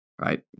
right